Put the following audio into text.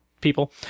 people